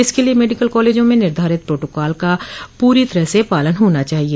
इसके लिए मेडिकल कालेजों में निर्धारित प्रोटोकाल का पूरी तरह से पालन होना चाहिए